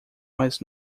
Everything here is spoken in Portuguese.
mais